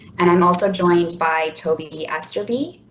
and i'm also joined by toby ester be,